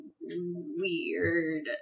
weird